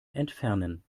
entfernen